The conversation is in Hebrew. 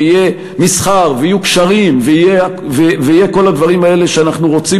כי יהיה מסחר ויהיו קשרים ויהיו כל הדברים האלה שאנחנו רוצים,